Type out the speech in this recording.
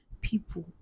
people